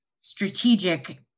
strategic